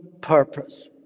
purpose